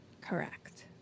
Correct